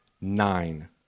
Nine